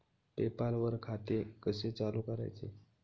पे पाल वर खाते कसे चालु करायचे